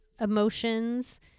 emotions